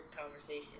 conversation